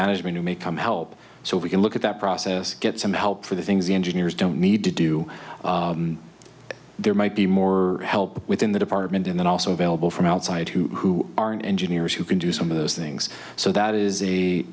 management who may come help so we can look at that process get some help for the things the engineers don't need to do there might be more help within the department and then also available from outside who are in engineers who can do some of those things so that is